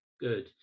good